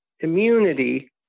immunity